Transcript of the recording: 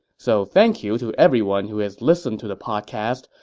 so thank you to everyone who has listened to the podcast,